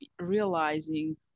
realizing